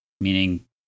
meaning